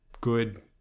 good